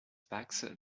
pac